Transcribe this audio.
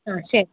ആ ശരി